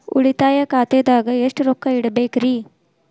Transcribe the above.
ಉಳಿತಾಯ ಖಾತೆದಾಗ ಎಷ್ಟ ರೊಕ್ಕ ಇಡಬೇಕ್ರಿ?